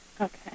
Okay